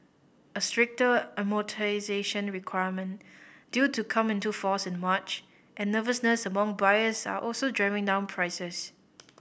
a stricter amortisation requirement due to come into force in March and nervousness among buyers are also driving down prices